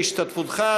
בהשתתפותך,